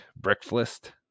breakfast